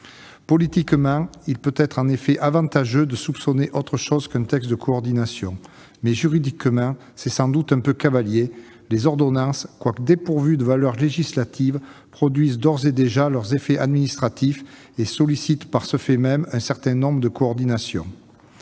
Politiquement, il peut être en effet avantageux de soupçonner autre chose qu'un texte de coordination. Juridiquement, en revanche, c'est sans doute un peu cavalier : les ordonnances, quoiqu'elles soient dépourvues de valeur législative, produisent d'ores et déjà leurs effets administratifs et sollicitent, par ce fait même, un certain nombre de coordinations.